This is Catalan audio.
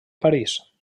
parís